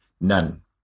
none